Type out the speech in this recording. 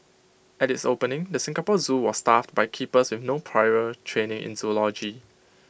at its opening the Singapore Zoo was staffed by keepers with no prior training in zoology